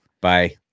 Bye